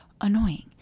annoying